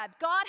God